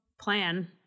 plan